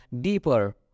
deeper